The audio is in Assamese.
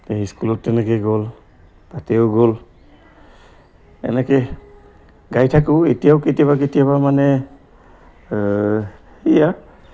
স্কুলত তেনেকে গ'ল তাতেও গ'ল এনেকে গাই থাকোঁ এতিয়াও কেতিয়াবা কেতিয়াবা মানে সেয়া